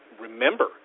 remember